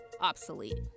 obsolete